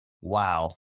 wow